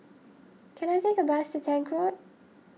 can I take a bus to Tank Road